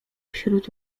wśród